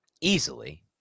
Easily